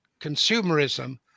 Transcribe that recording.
consumerism